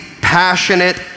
passionate